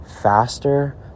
faster